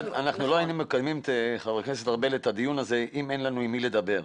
לא היינו מקיימים את הדיון הזה אם היינו חושבים שאין לנו עם מי לדבר.